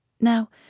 Now